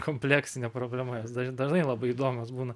kompleksinė problema jos dažn dažnai labai įdomios būna